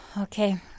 Okay